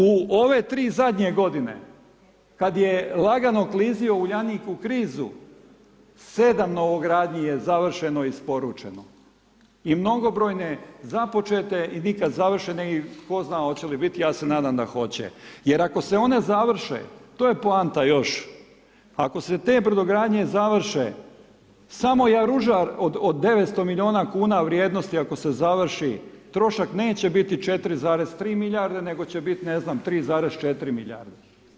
U ove 3 zadnje g. kada je lagano klizio Uljanik u krizu, 7 novogradnji je završeno i isporučeno i mnogobrojne započete i nikada završene i ko zna hoće li biti, ja se nadam da hoće, jer ako se ne završe, to je poanta još, ako se te brodogradnje završe, samo Jaružar od 900 milijuna kn vrijednosti ako se završi, trošak neće biti 4,3 milijarde, nego će biti ne znam 3,4 milijarde.